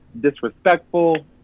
disrespectful